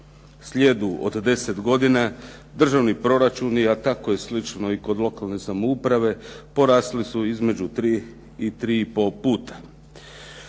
slijedu od 10 godina, državni proračuni, a tako je slično i kod lokalne samouprave, porasli su između 3 i 3,5 puta.